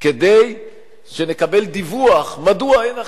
כדי שנקבל דיווח מדוע אין החלטה,